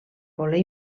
voler